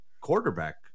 quarterback